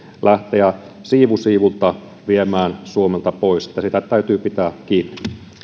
lähteä siivu siivulta viemään suomelta pois siitä täytyy pitää kiinni